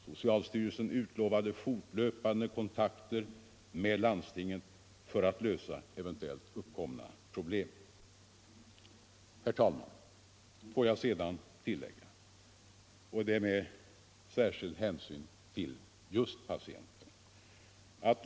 So cialstyrelsen utlovade fortlöpande kontakter med sjukvårdshuvudman 23 nen för att möta eventuellt uppkommande problem. Herr talman!